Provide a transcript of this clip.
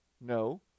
No